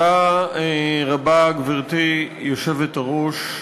גברתי היושבת-ראש,